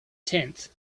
tenth